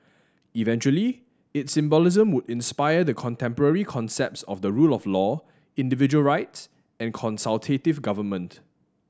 eventually its symbolism would inspire the contemporary concepts of the rule of law individual rights and consultative government